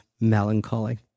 melancholy